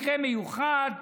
מקרה מיוחד,